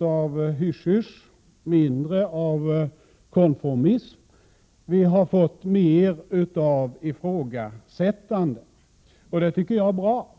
av hysch-hysch och konformism och mer av ifrågasättande. Det tycker jag är bra.